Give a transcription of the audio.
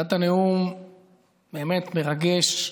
נתת נאום באמת מרגש.